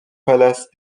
palace